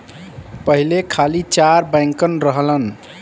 पहिले खाली चार बैंकन रहलन